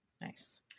Nice